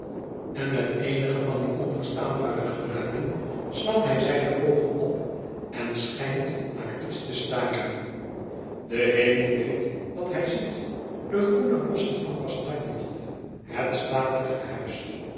en met eenige van die onverst het veblaten huis staanbare geluiden slaat hij zijne oogen open schijnt naar iets te staren de hemel weet wat hij ziet de groene bosschen van kastanje hof het statige huis